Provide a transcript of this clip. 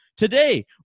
Today